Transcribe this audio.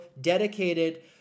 dedicated